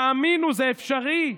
תאמינו, זה אפשרי.